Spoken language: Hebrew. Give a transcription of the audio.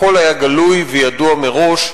הכול היה גלוי וידוע מראש.